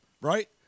right